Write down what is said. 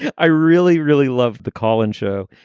i really, really love the colin show.